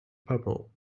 purple